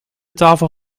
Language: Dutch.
tafel